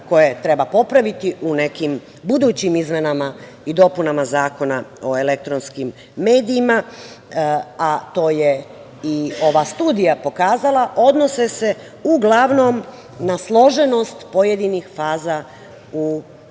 koje treba popraviti u nekim budućim izmenama i dopunama Zakona o elektronskim medijima, a to je i ova studija pokazala, odnose se uglavnom na složenost pojedinih faza u procesu